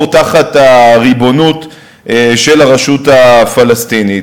להיות תחת הריבונות של הרשות הפלסטינית.